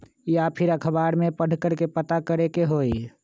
या फिर अखबार में पढ़कर के पता करे के होई?